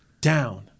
down